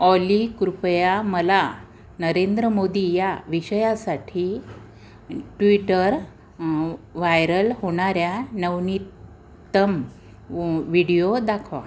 ऑली कृपया मला नरेंद्र मोदी या विषयासाठी ट्विटर व्हायरल होणाऱ्या नवनीत्तम व्हिडिओ दाखवा